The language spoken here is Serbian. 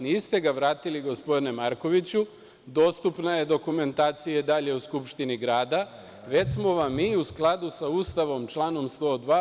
Niste ga vratili gospodine Markoviću, dostupna je i dalje dokumentacija u Skupštini grada, već smo vam mi u skladu sa članom 102.